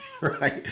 right